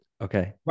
Okay